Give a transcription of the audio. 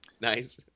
Nice